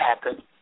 happen